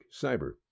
Cyber